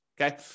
okay